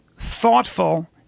thoughtful